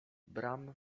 bram